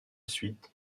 suite